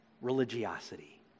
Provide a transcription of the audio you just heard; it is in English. religiosity